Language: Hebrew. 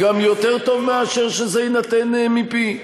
גם יותר טוב משזה יינתן מפי.